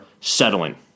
settling